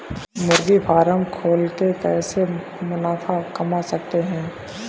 मुर्गी फार्म खोल के कैसे मुनाफा कमा सकते हैं?